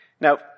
now